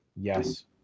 Yes